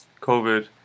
COVID